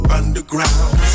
underground